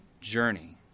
journey